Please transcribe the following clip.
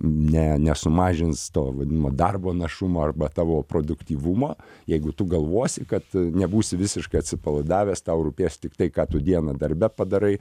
ne nesumažins to vadinamo darbo našumo arba tavo produktyvumo jeigu tu galvosi kad nebūsi visiškai atsipalaidavęs tau rūpės tiktai ką tu dieną darbe padarai